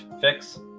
fix